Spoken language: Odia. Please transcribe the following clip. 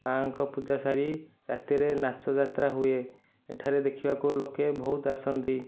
ମା'ଙ୍କ ପୂଜା ସାରି ରାତିରେ ନାଚ ଯାତ୍ରା ହୁଏ ଏଠାରେ ଦେଖିବାକୁ ଲୋକେ ବହୁତ ଆସନ୍ତି